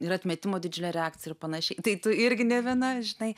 ir atmetimo didžiulė reakcija ir panašiai tai tu irgi ne viena žinai